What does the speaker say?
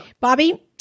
Bobby